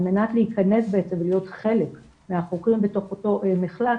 על מנת להיכנס ולהיות חלק מהחוקרים בתוך אותו מחלף